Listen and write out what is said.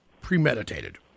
premeditated